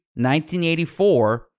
1984